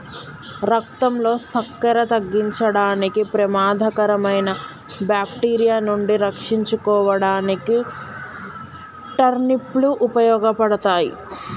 రక్తంలో సక్కెర తగ్గించడానికి, ప్రమాదకరమైన బాక్టీరియా నుండి రక్షించుకోడానికి టర్నిప్ లు ఉపయోగపడతాయి